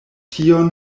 tion